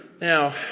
Now